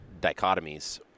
dichotomies